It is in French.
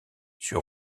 sur